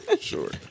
Sure